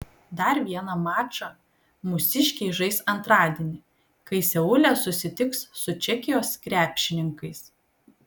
dar vieną mačą mūsiškiai žais antradienį kai seule susitiks su čekijos krepšininkais